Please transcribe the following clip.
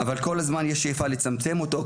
אבל כל הזמן יש שאיפה וניסיונות לצמצם אותו,